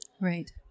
Right